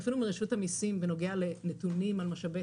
אפילו עם רשות המיסים בנוגע לנתונים על משאבי